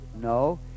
No